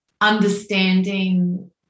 understanding